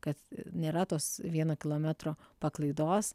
kad nėra tos vieno kilometro paklaidos